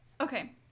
okay